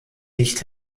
nicht